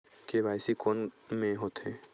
KYC कोन में होथे?